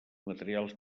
materials